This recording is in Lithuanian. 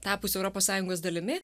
tapus europos sąjungos dalimi